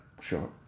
sure